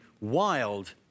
wild